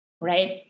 right